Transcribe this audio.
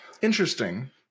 Interesting